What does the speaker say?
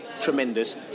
tremendous